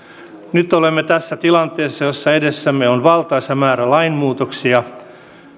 nyt olemme tässä tilanteessa jossa edessämme on valtaisa määrä lainmuutoksia